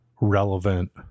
relevant